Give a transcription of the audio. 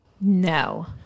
No